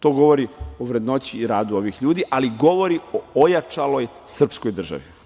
To govori o vrednoći i radu ovih ljudi, ali govori o ojačanoj srpskoj državi.